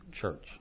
church